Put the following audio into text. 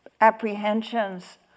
apprehensions